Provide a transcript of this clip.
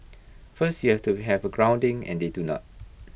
first you have to have A grounding and they do not